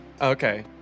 Okay